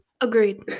Agreed